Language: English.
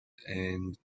and